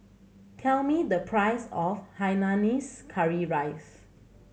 tell me the price of hainanese curry rice